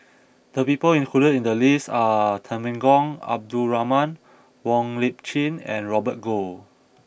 the people included in the list are Temenggong Abdul Rahman Wong Lip Chin and Robert Goh